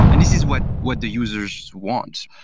and this is what what the users want.